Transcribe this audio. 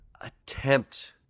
attempt